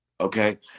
Okay